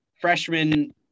freshman